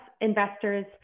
investors